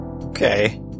Okay